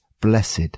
blessed